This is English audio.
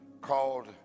called